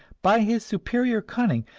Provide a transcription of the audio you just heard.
by his superior cunning,